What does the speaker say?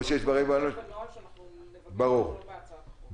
או שיש דברים בנוהל שנבקש לכלול בהצעת החוק.